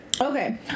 Okay